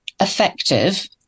effective